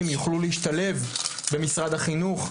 ותעבירו אותם למשרד החינוך,